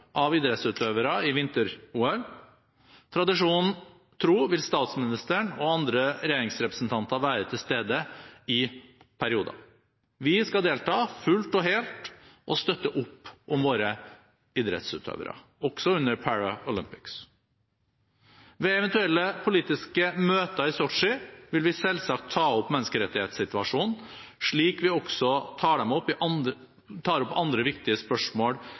av idrettsutøvere i vinter-OL. Tradisjonen tro vil statsministeren og andre regjeringsrepresentanter være til stede i perioder. Vi skal delta fullt og helt og støtte opp om våre idrettsutøvere – også under Paralympics. Ved eventuelle politiske møter i Sotsji vil vi selvsagt ta opp menneskerettighetssituasjonen, slik vi også tar opp andre viktige spørsmål i